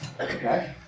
okay